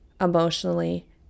emotionally